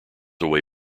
away